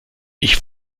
ich